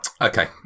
Okay